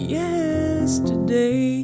yesterday